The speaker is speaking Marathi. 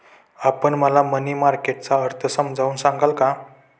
आपण मला मनी मार्केट चा अर्थ समजावून सांगाल का?